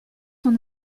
son